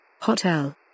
Hotel